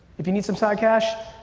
if you need some side cash,